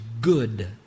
good